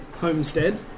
Homestead